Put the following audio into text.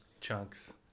chunks